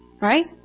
Right